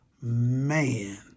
Man